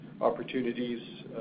opportunities